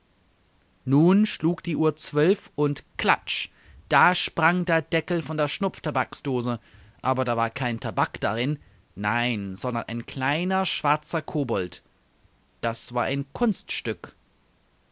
nun schlug die uhr zwölf und klatsch da sprang der deckel von der schnupftabaksdose aber da war kein tabak darin nein sondern ein kleiner schwarzer kobold das war ein kunststück